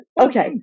Okay